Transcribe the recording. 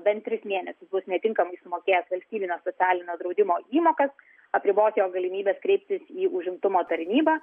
bent tris mėnesius bus netinkamai sumokėjęs valstybinio socialinio draudimo įmokas apriboti jo galimybes kreiptis į užimtumo tarnybą